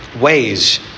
ways